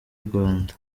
rwanda